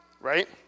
right